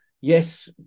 yes